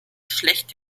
schlecht